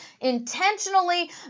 intentionally